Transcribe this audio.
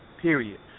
Period